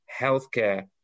healthcare